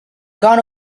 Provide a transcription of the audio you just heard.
gone